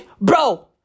bro